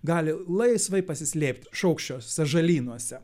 gali laisvai pasislėpti šaukščio sąžalynuose